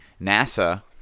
NASA